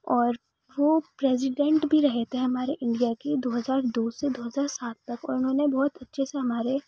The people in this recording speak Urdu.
اور وہ پریزیڈنٹ بھی رہے تھے ہمارے انڈیا کے دوہزار دو سے دو ہزار سات تک اور انہوں نے بہت اچھے سے ہمارے